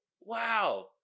Wow